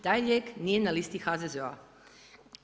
Taj lijek nije na listi HZZO-a.